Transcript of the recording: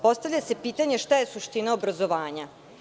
Postavlja se pitanje šta je suština obrazovanja.